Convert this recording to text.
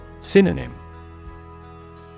Synonym